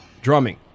drumming